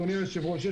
אדוני היושב-ראש,